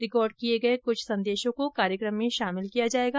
record किए गए कुछ संदेशों को कार्यक्रम में शामिल किया जाएगा